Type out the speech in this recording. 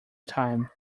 time